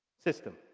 system.